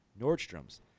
Nordstrom's